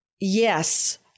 yes